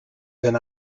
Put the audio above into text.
than